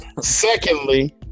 Secondly